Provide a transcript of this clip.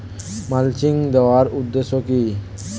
Mulching দেওয়ার উদ্দেশ্য কি?